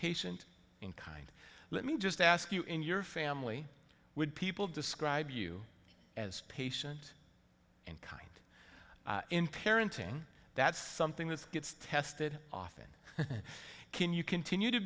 patient in kind let me just ask you in your family would people describe you as patient and kind in parenting that's something that gets tested often can you continue to